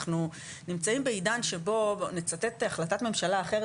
אנחנו נמצאים בעידן שבו נצטט החלטת ממשלה אחרת